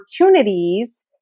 opportunities